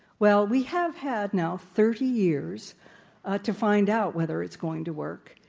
well, we have had now thirty years to find out whether it's going to work,